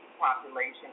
population